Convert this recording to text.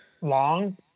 long